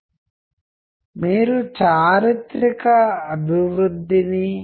నేను మీకు చెప్పినట్లుగా సాఫ్ట్ స్కిల్స్ విషయంలో ఇది చాలా సందర్భోచితమైనది